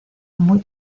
muy